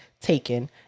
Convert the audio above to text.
taken